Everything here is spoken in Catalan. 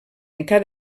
entre